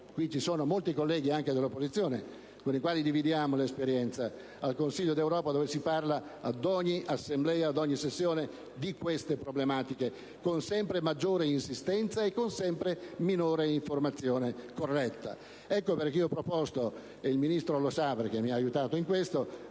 Qui ci sono molti colleghi, anche dell'opposizione, con cui dividiamo l'esperienza al Consiglio d'Europa, dove ad ogni assemblea e sessione si parla di queste problematiche con sempre maggiore insistenza e con sempre minore informazione corretta. Questa è la ragione per cui ho proposto - il Ministro lo sa perché mi ha aiutato in questo,